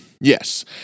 Yes